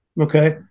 okay